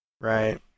right